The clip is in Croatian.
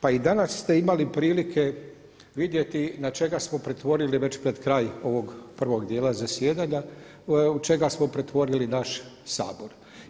Pa i danas ste imali prilike vidjeti na što smo pretvorili već pred kraj ovog prvog dijela zasjedanja, u što smo pretvorili naš Sabor.